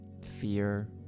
fear